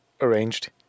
arranged